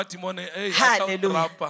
Hallelujah